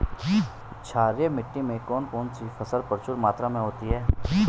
क्षारीय मिट्टी में कौन सी फसल प्रचुर मात्रा में होती है?